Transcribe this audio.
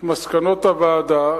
את מסקנות הוועדה,